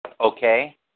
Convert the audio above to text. Okay